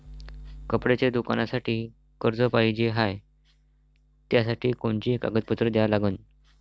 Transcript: कपड्याच्या दुकानासाठी कर्ज पाहिजे हाय, त्यासाठी कोनचे कागदपत्र द्या लागन?